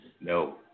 No